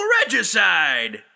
regicide